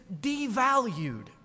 devalued